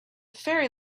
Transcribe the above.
ferry